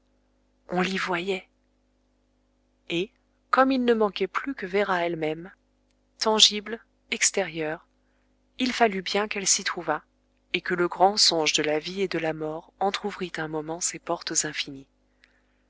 on l'y voyait et comme il ne manquait plus que véra elle-même tangible extérieure il fallut bien qu'elle s'y trouvât et que le grand songe de la vie et de la mort entr'ouvrît un moment ses portes infinies